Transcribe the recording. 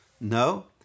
No